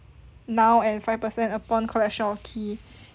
now and five percent upon collection of key